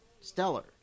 stellar